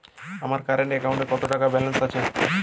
আমার কারেন্ট অ্যাকাউন্টে কত টাকা ব্যালেন্স আছে?